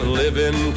living